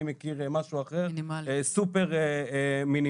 אני מכיר משהו אחר, סופר מינימלי.